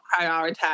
prioritize